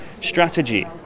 strategy